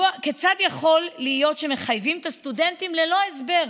כיצד יכול להיות שמחייבים את הסטודנטים ללא הסבר.